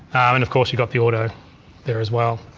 and of course you got the auto there as well.